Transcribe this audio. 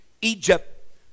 Egypt